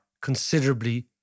considerably